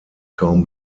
kaum